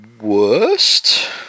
worst